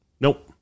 nope